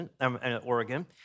Oregon